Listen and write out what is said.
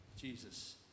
Jesus